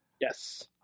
Yes